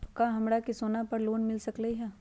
का हमरा के सोना पर लोन मिल सकलई ह?